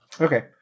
Okay